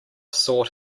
sought